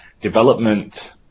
development